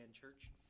church